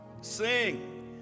sing